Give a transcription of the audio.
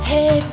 Hey